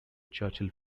churchill